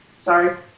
Sorry